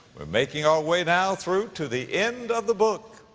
we're making our way now through to the end of the book.